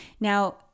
Now